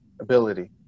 ability